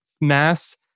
mass